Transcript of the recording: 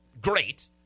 great